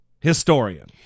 historian